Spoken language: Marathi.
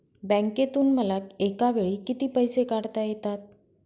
बँकेतून मला एकावेळी किती पैसे काढता येतात?